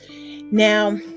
Now